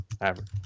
average